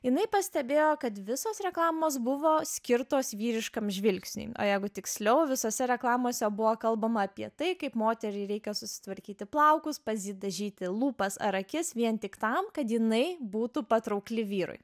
jinai pastebėjo kad visos reklamos buvo skirtos vyriškam žvilgsniui o jegu tiksliau visose reklamose buvo kalbama apie tai kaip moteriai reikia susitvarkyti plaukus pazidažyti lūpas ar akis vien tik tam kad jinai būtų patraukli vyrui